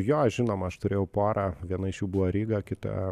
jo žinoma aš turėjau porą viena iš jų buvo ryga kita